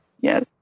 yes